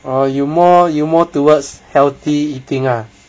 orh you more towards healthy eating ah